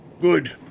Good